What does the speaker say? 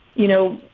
you know,